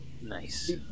Nice